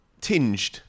tinged